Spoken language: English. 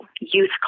youth